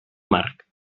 marc